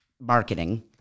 marketing